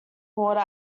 water